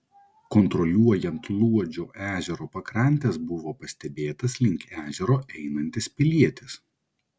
kontroliuojant luodžio ežero pakrantes buvo pastebėtas link ežero einantis pilietis